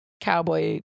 cowboy